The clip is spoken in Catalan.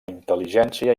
intel·ligència